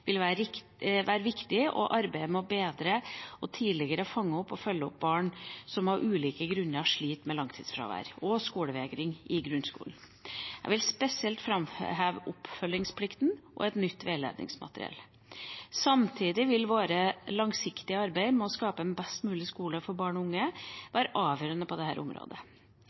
vil være viktige i arbeidet med å bedre og tidligere fange opp og følge opp barn som av ulike grunner sliter med langtidsfravær og skolevegring i grunnskolen. Jeg vil spesielt framheve oppfølgingsplikten og nytt veiledningsmateriell. Samtidig vil vårt langsiktige arbeid med å skape en best mulig skole for barn og unge være avgjørende på dette området: en fortsatt innsats for å sikre trygge skolemiljøer, styrking av det